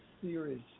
series